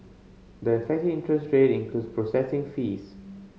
the effective interest rate includes processing fees